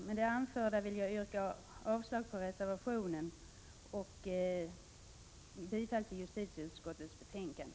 Med det anförda vill jag yrka avslag på reservationen och bifall till hemställan i justitieutskottets betänkande.